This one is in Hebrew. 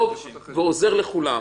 טוב ועוזר לכולם.